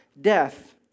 death